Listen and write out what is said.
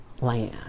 land